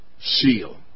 seal